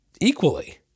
equally